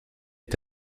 est